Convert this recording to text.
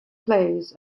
plays